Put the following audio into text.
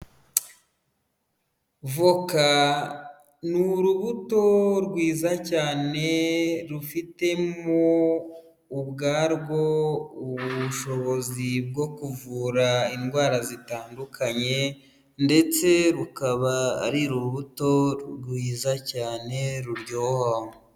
Voka ni urubuto rwiza cyane rufitemo ubwarwo ubushobozi bwo kuvura indwara zitandukanye, ndetse rukaba ari urubuto rwiza cyane ruryoha.